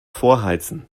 vorheizen